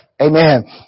Amen